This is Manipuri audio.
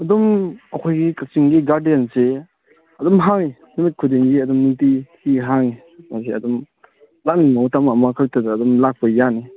ꯑꯗꯨꯝ ꯑꯩꯈꯣꯏꯒꯤ ꯀꯛꯆꯤꯡꯒꯤ ꯒꯥꯔꯗꯦꯟꯁꯤ ꯑꯗꯨꯝ ꯍꯥꯡꯉꯤ ꯅꯨꯃꯤꯠ ꯈꯨꯗꯤꯡꯒꯤ ꯑꯗꯨꯝ ꯅꯨꯡꯇꯤꯒꯤ ꯍꯥꯡꯉꯤ ꯍꯧꯖꯤꯛ ꯑꯗꯨꯝ ꯂꯥꯛꯅꯤꯡꯕ ꯃꯇꯝ ꯑꯃ ꯍꯦꯛꯇꯗ ꯑꯗꯨꯝ ꯂꯥꯛꯄ ꯌꯥꯅꯤ